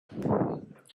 but